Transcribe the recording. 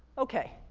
okay.